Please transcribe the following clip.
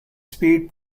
speed